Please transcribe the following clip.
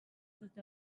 tot